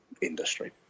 industry